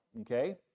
okay